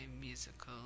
musical